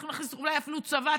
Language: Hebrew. צריכים להכניס אולי אפילו צבא.